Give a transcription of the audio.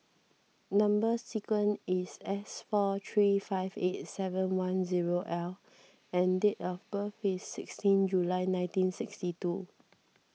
Number Sequence is S four three five eight seven one zero L and date of birth is sixteen July nineteen sixty two